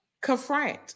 confront